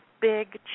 big